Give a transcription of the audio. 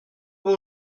beau